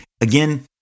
Again